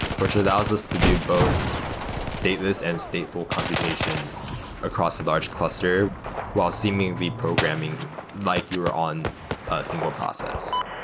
which allows us to do both stateless and stateful computations across a large cluster while seemingly programming like you're on a single process.